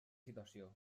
situació